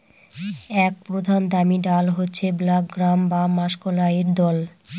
এক প্রধান দামি ডাল হচ্ছে ব্ল্যাক গ্রাম বা মাষকলাইর দল